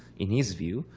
in his view,